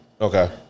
Okay